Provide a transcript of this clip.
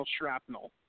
shrapnel